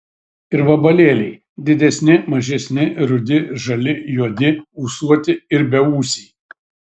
ir vabalėliai didesni mažesni rudi žali juodi ūsuoti ir beūsiai